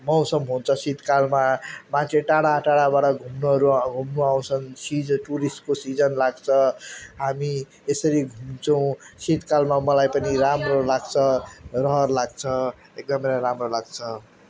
मौसम हुन्छ शीत कालमा मान्छे टाढा टाढाबाट घुम्नुहरू घुम्नु आउँछन् सिज टुरिस्टको सिजन लाग्छ हामी यसरी घुम्छौँ शीत कालमा मलाई पनि राम्रो लाग्छ रहर लाग्छ एकदम राम्रो लाग्छ